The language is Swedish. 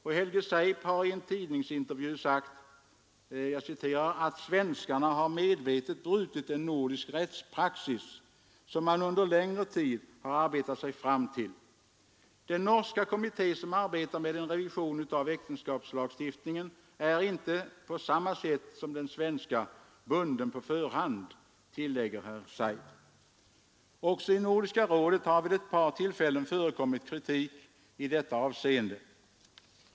Och Helge Seip har i en tidningsintervju sagt ”att svenskarna har medvetet brutit en nordisk rättspraxis, som man under en längre tid har arbetat sig fram till. Den norska kommitté som arbetar med en revision av äktenskapslagstiftningen är inte på samma sätt som den svenska bunden på förhand”. Också i Nordiska rådet har vid ett par tillfällen förekommit kritik i detta avseende.